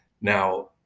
now